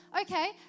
Okay